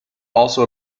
also